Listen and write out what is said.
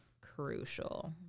Crucial